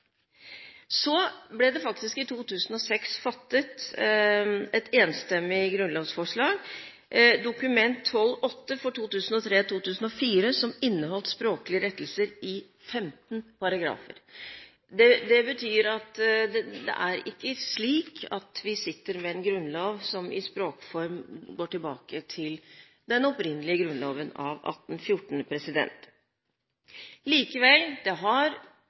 Så ble det i 2006 fattet et enstemmig grunnlovsforslag, Dokument nr. 12:8 for 2003–2004, som inneholdt språklige rettelser i 15 paragrafer. Det betyr at det er ikke slik at vi sitter med en grunnlov som i språkform går tilbake til den opprinnelige Grunnloven av 1814. Likevel: Det har